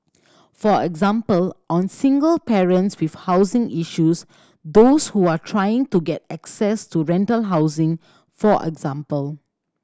for example on single parents with housing issues those who are trying to get access to rental housing for example